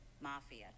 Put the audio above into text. Mafia